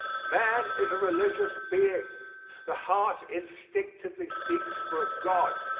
man is a religious being the heart instinctively seeks for a god.